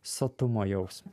sotumo jausmą